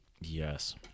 Yes